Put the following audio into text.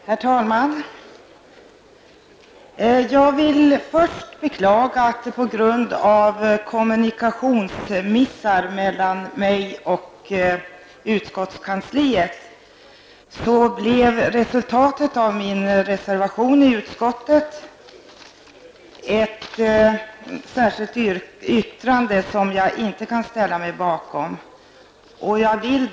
Herr talman! Jag vill först beklaga att det på grund av kommunikationsmissar mellan mig och utskottskansliet blev ett särskilt yttrande av min reservation i utskottet, och det yttrandet kan jag inte yrka bifall till.